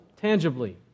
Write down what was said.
tangibly